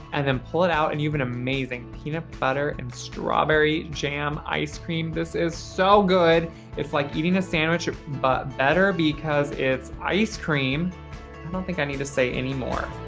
and then pull it out and you've an amazing peanut butter and strawberry jam ice cream. this is so good it's like eating a sandwich but better because it's ice cream. i don't think i need to say any more.